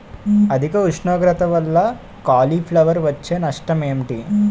అధిక ఉష్ణోగ్రత వల్ల కాలీఫ్లవర్ వచ్చే నష్టం ఏంటి?